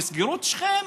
תסגרו את שכם.